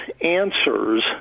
answers